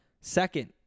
Second